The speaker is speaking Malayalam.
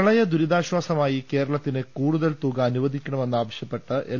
പ്രളയ ദുരിതാശ്ചാസമായി കേരളത്തിന് കൂടുതൽ തുക അനുവദിക്കണമെന്ന് ആവശ്യപ്പെട്ട് എൽ